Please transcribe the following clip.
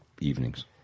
evenings